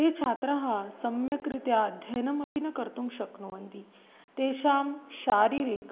ते छात्राः सम्यक्रीत्या अध्ययनम् अपि न कर्तुं शक्नुवन्ति तेषां शारीरिकः